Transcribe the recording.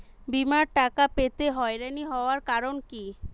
বিমার টাকা পেতে হয়রানি হওয়ার কারণ কি?